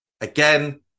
Again